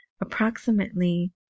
approximately